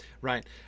Right